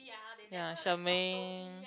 ya Xiao-Ming